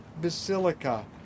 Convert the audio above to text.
basilica